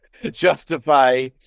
justify